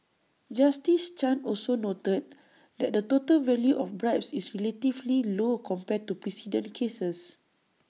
justice chan also noted that the total value of bribes is relatively low compared to precedent cases